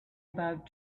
about